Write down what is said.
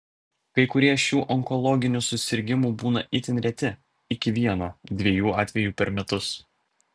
kai kurie šių onkologinių susirgimų būna itin reti iki vieno dviejų atvejų per metus